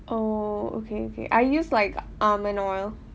oh okay okay I use like almond oil